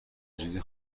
زودی